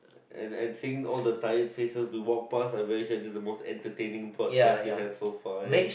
and and seeing all the tired face to walk pass I will say this is the most entertaining podcast you have so far eh